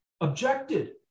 objected